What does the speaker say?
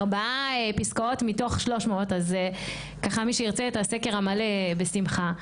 מספר פסקאות מתוך ה-300 על זה ומי שירצה את הסקר המלא בשמחה.